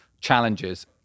challenges